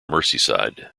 merseyside